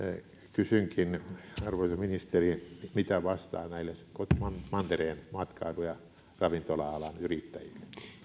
kysynkin arvoisa ministeri mitä vastaatte mantereen matkailu ja ravintola alan yrittäjille